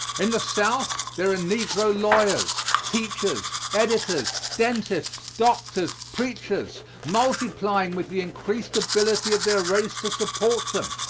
in the south there are negro lawyers, teachers, editors, dentists, doctors, preachers, multiplying with the increasing ability of their race to support them.